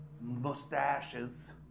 mustaches